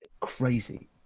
crazy